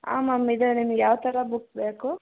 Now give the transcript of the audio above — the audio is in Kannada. ಹಾಂ ಮ್ಯಾಮ್ ಇದೆ ನಿಮಗೆ ಯಾವ ಥರ ಬುಕ್ ಬೇಕು